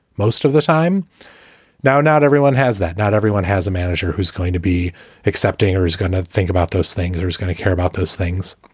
most of the time now, not everyone has that. not everyone has a manager who's going to be accepting or is going to think about those things or is going to care about those things.